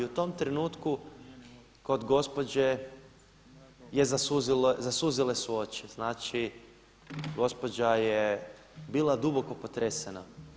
I u tom trenutku kod gospođe su zasuzile oči, znači gospođa je bila duboko potresena.